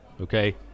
Okay